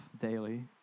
daily